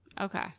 Okay